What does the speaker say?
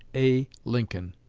a. lincoln.